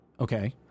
Okay